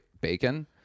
bacon